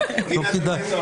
נציג של רשות התקשוב